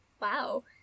Wow